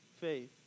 faith